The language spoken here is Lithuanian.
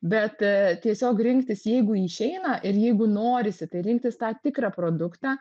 bet tiesiog rinktis jeigu išeina ir jeigu norisi tai rinktis tą tikrą produktą